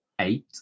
eight